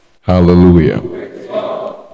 Hallelujah